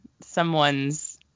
someone's